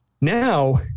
now